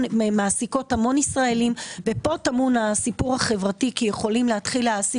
מעסיקות המון ישראליים ופה טמון הסיפור החברתי כי יכולים להתחיל להעסיק